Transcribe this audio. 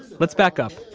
let's back up.